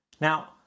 Now